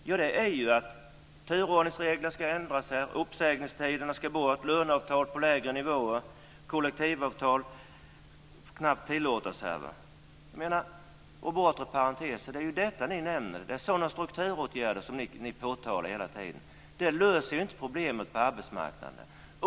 Det ni vill är att turordningsregler ska ändras, uppsägningstiderna ska bort, löneavtal ska slutas på lägre nivåer, kollektivavtal knappt tillåtas och det ska finnas bortre parenteser. Det är detta ni nämner. Det är sådana strukturåtgärder som ni påtalar hela tiden. Det löser inte problemet på arbetsmarknaden.